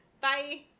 Bye